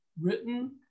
written